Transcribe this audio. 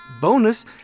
Bonus